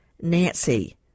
nancy